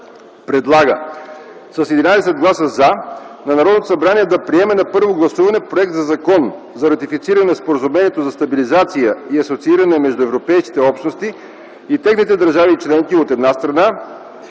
предлага с 11 гласа „за” на Народното събрание да приеме на първо гласуване Законопроект за ратифициране на Споразумението за стабилизация и асоцииране между европейските общности и техните държави членки, от една страна,